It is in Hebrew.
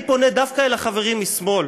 אני פונה דווקא אל החברים משמאל,